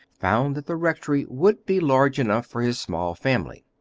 found that the rectory would be large enough for his small family.